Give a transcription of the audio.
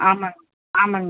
ஆமாங்க ஆமாங்க மேடம்